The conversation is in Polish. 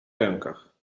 rękach